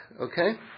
okay